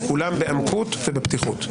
וכולם בעמקות ובפתיחות.